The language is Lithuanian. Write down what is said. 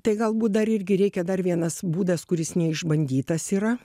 tai galbūt dar irgi reikia dar vienas būdas kuris neišbandytas yra